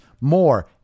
more